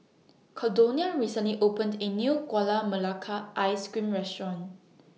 Caldonia recently opened A New Gula Melaka Ice Cream Restaurant